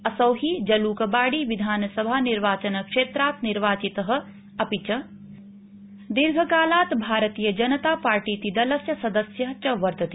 असौ ही जल्कबाड़ी विधानसभानिर्वाचनक्षेत्रात् निर्वाचितः अपि च दीर्घकालात् भारतीयजनतापार्टीति दलस्य सदस्यः च वर्तते